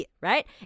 right